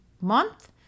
month